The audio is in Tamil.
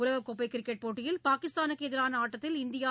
உலகக்கோப்பை கிரிக்கெட் போட்டியில் பாகிஸ்தானுக்கு எதிரான ஆட்டத்தில் இந்தியா